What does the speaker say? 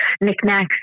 knickknacks